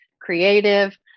creative